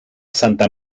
santa